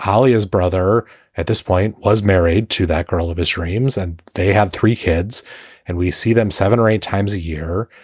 holly's brother at this point was married to that girl of his dreams. and they had three kids and we see them seven or eight times a year.